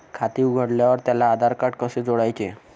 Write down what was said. खाते उघडल्यावर त्याला आधारकार्ड कसे जोडायचे?